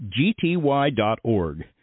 gty.org